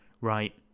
right